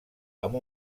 amb